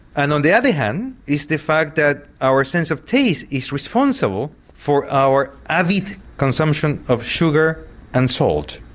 and on the other hand is the fact that our sense of taste is responsible for our avid consumption of sugar and salt.